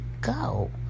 go